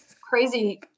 crazy